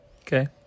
Okay